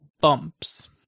bumps